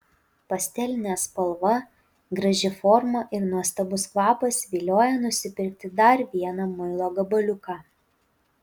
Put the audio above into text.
pastelinė spalva graži forma ir nuostabus kvapas vilioja nusipirkti dar vieną muilo gabaliuką